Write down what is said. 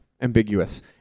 ambiguous